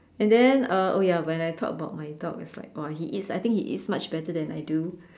and then uh oh ya when I talk about my dog it's like !wow! he eats I think he eats much better than I do